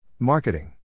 Marketing